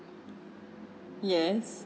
yes